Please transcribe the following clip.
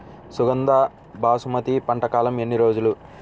సుగంధ బాసుమతి పంట కాలం ఎన్ని రోజులు?